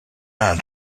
man